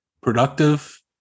productive